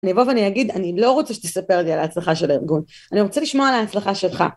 אני אבוא ואני אגיד אני לא רוצה שתספר לי על ההצלחה של הארגון. אני רוצה לשמוע על ההצלחה שלך